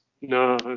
No